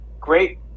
great